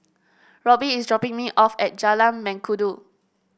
Roby is dropping me off at Jalan Mengkudu